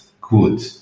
good